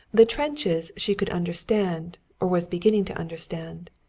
the trenches she could understand or was beginning to understand.